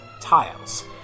tiles